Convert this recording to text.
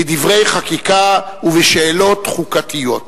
בדברי חקיקה ובשאלות חוקתיות.